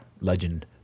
legend